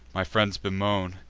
my friends bemoan,